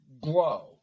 glow